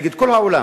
נגד כל העולם.